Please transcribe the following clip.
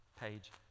page